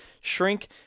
shrink